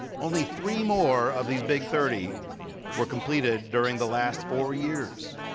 only three more of these big thirty were completed during the last four years.